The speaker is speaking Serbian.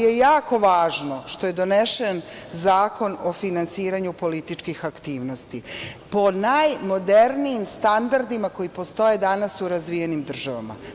Jako je važno što je donesen Zakon o finansiranju političkih aktivnosti, po najmodernijim standardima koji postoje danas u razvijenim državama.